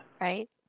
Right